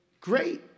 great